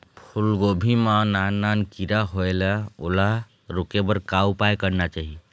फूलगोभी मां नान नान किरा होयेल ओला रोके बर का उपाय करना चाही?